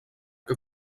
que